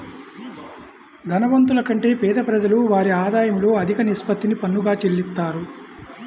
ధనవంతుల కంటే పేద ప్రజలు వారి ఆదాయంలో అధిక నిష్పత్తిని పన్నుగా చెల్లిత్తారు